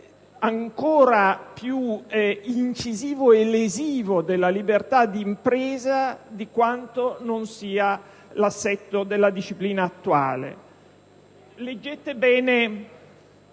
ancora più incisivo e limitativo della libertà d'impresa di quanto non sia l'assetto della disciplina attuale. Il terzo